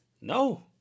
No